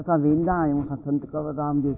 असां वेंदा आहियूं संत कंवर राम ॾे